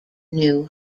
new